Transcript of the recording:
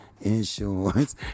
insurance